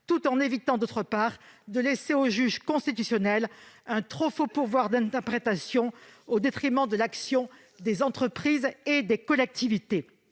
tout en évitant, d'autre part, de laisser au juge constitutionnel un trop fort pouvoir d'interprétation au détriment de l'action des entreprises et des collectivités.